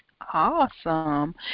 Awesome